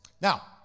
Now